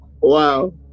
wow